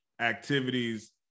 activities